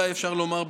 אולי אפשר לומר,